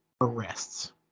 arrests